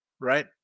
right